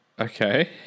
Okay